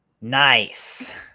Nice